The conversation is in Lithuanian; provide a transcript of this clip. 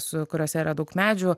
su kuriose yra daug medžių